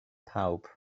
pawb